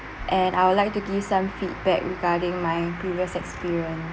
and I would like to give some feedback regarding my previous experience